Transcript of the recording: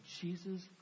Jesus